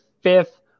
fifth